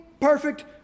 perfect